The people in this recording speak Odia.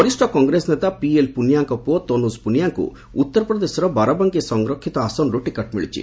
ବରିଷ୍ଠ କଂଗ୍ରେସ ନେତା ପିଏଲ୍ ପୁନିଆଙ୍କ ପୁଅ ତନୁଜ ପୁନିଆଙ୍କୁ ଉତ୍ତର ପ୍ରଦେଶର ବାରାବାଙ୍କି ସଂରକ୍ଷିତ ଆସନରୁ ଟିକେଟ୍ ମିଳିଛି